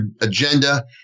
agenda